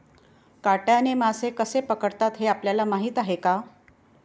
काट्याने मासे कसे पकडतात हे आपल्याला माहीत आहे का?